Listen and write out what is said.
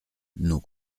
nos